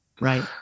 Right